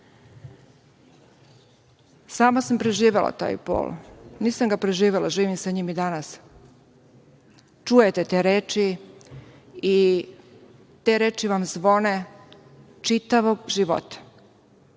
sam preživela taj bol. Nisam ga preživela, živim sa njim i danas. Čujete te reči i te reči vam zvone čitavog života.